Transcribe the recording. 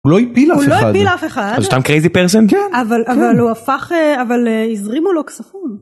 ‫הוא לא היפיל אף אחד. ‫-הוא לא היפיל אף אחד. ‫אז הוא סתם קרייזי פרסן? ‫-כן. ‫אבל הוא הפך... ‫אבל הזרימו לו כספים